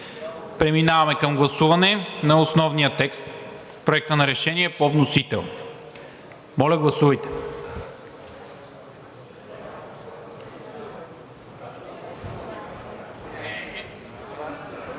Преминаваме към гласуване на основния текст – Проекта на решение по вносител. Гласували